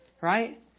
right